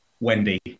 Wendy